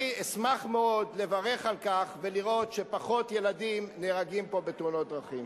אני אשמח מאוד לברך על כך ולראות שפחות ילדים נהרגים פה בתאונות דרכים.